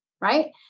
right